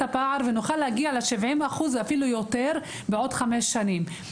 הפער ונוכל להגיע ל-70% ואפילו יותר בעוד חמש שנים.